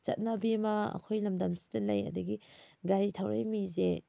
ꯆꯠꯅꯕꯤ ꯑꯃ ꯑꯩꯈꯣꯏ ꯂꯝꯗꯝꯁꯤꯗ ꯂꯩ ꯑꯗꯒꯤ ꯒꯥꯔꯤ ꯊꯧꯔꯛꯏ ꯃꯤꯁꯦ